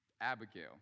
abigail